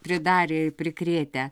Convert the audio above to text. pridarę ir prikrėtę